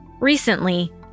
Recently